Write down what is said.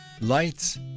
Lights